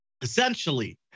essentially